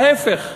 ההפך,